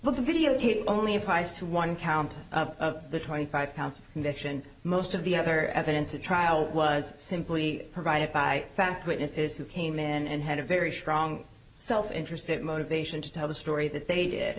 the videotape only applies to one count of the twenty five counts of conviction most of the other evidence at trial was simply provided by fact witnesses who came in and had a very strong self interested motivation to tell the story that they did